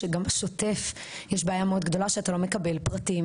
שגם בשוטף יש בעיה מאוד גדולה שאתה לא מקבל פרטים